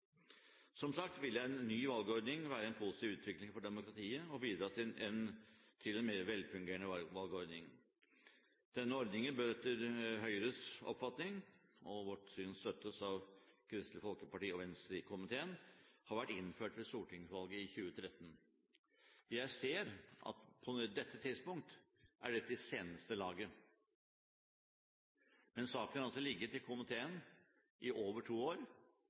Som sagt ville en ny valgordning være en positiv utvikling for demokratiet og bidra til en mer velfungerende valgordning. Denne ordningen burde etter Høyres oppfatning – og vårt syn støttes av Kristelig Folkeparti og Venstre i komiteen – vært innført ved stortingsvalget i 2013. Jeg ser at på dette tidspunkt er det i seneste laget, men saken har altså ligget i komiteen i over to år.